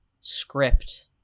script